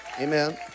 Amen